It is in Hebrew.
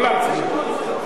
לא להצביע.